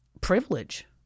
privilege